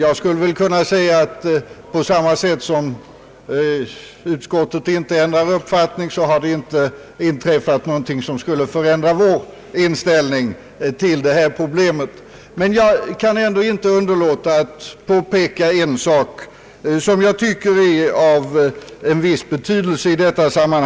Utskottet har inte ändrat uppfattning, och jag skulle kunna säga på samma sätt att det inte heller har inträffat någonting som förändrat vår inställning till det här problemet. Men jag kan ändå inte underlåta att påpeka en sak, som jag tycker är av en viss betydelse.